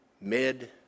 mid